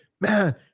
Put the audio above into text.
man